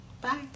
bye